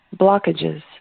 blockages